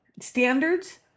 Standards